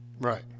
Right